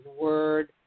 word